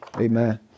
Amen